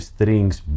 Strings